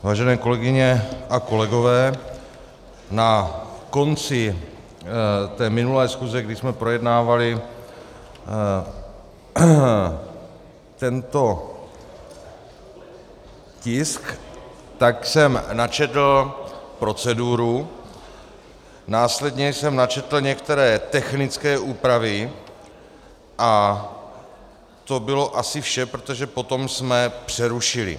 Vážené kolegyně a kolegové, na konci minulé schůze, kdy jsme projednávali tento tisk, jsem načetl proceduru, následně jsem načetl některé technické úpravy a to bylo asi vše, protože potom jsme přerušili.